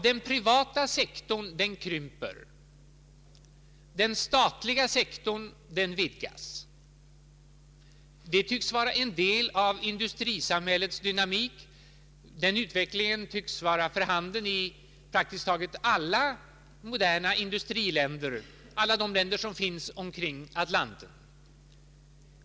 Den privata sektorn krymper, den statliga vidgas. Detta tycks vara en del av industrisamhällets dynamik. Denna utveckling tycks vara för handen i praktiskt taget alla moderna industriländer, alla de länder som finns omkring Atlanten.